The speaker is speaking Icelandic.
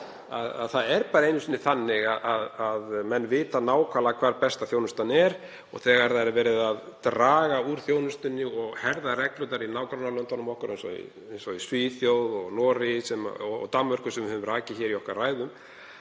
það er bara einu sinni þannig að menn vita nákvæmlega hvar besta þjónustan er. Þegar verið er að draga úr þjónustunni og herða reglurnar í nágrannalöndunum okkar eins og í Svíþjóð og Noregi og Danmörku, sem við höfum rakið í okkar ræðum,